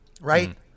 right